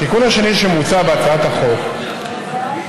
התיקון השני שמוצע בהצעת החוק מבקש